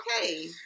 okay